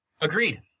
Agreed